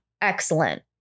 Excellent